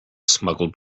smuggled